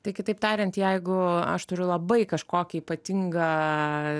tai kitaip tariant jeigu aš turiu labai kažkokį ypatingą